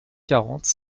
quarante